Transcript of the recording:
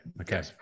Okay